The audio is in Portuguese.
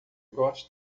gosta